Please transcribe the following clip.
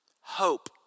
Hope